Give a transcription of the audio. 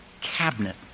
cabinet